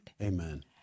Amen